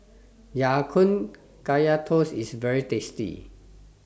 Ya Kun Kaya Toast IS very tasty